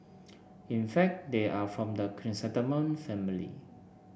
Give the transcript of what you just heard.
in fact they are from the chrysanthemum family